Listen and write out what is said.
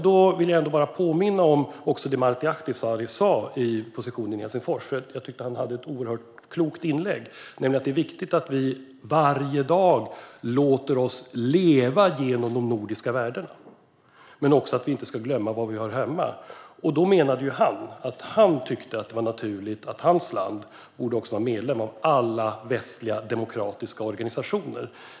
Då vill jag bara påminna om det Martti Ahtisaari sa i positionen i Helsingfors, för jag tyckte att han hade ett oerhört klokt inlägg, nämligen att det är viktigt att vi varje dag låter oss leva genom de nordiska värdena men också att vi inte ska glömma var vi hör hemma. Han tyckte att det var naturligt att hans land borde vara medlem av alla västliga demokratiska organisationer.